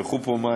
נשפכו פה מים.